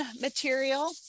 material